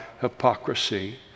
hypocrisy